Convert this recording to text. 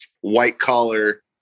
white-collar